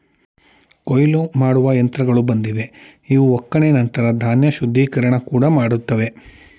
ಕೊಯ್ಲು ಮಾಡುವ ಯಂತ್ರಗಳು ಬಂದಿವೆ ಇವು ಒಕ್ಕಣೆ ನಂತರ ಧಾನ್ಯ ಶುದ್ಧೀಕರಿಸುವ ಕೂಡ ಮಾಡ್ತವೆ